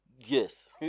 Yes